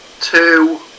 two